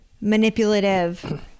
manipulative